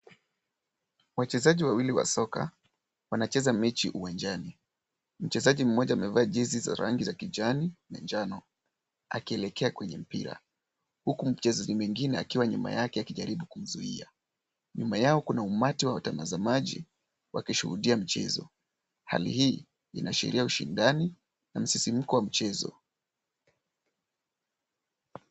Wachezaji wawili wa soka, wanacheza mechi uwanjani moja. Mchezaji mmoja amevaa jersey za rangi za kijani, njano, akielekea kwenye mpira. Huku mchezaji mwingine akiwa nyuma yake akijaribu kuizuia, nyuma yao kuna umati wa watangazamaji, wakishuhudia mchezo hali hii inashiria ushindani na msisimko wa mchezo.